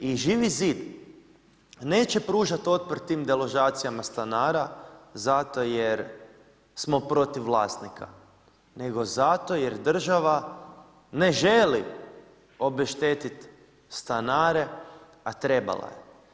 I Živi zid neće pružati otpor tim deložacijama stanara zato jer smo protiv vlasnika, nego zato jer država ne želi obeštetiti stanare, a trebala je.